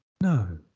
No